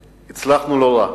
והצלחנו לא רע.